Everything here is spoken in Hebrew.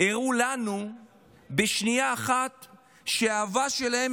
הראו לנו בשנייה אחת שהאהבה שלהם